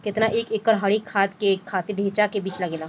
केतना एक एकड़ हरी खाद के खातिर ढैचा के बीज लागेला?